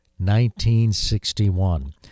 1961